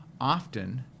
often